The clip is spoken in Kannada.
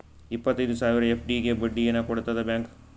ಇಪ್ಪತ್ತೈದು ಸಾವಿರ ಎಫ್.ಡಿ ಗೆ ಬಡ್ಡಿ ಏನ ಕೊಡತದ ಬ್ಯಾಂಕ್?